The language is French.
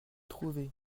trouver